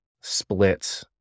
split